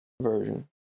version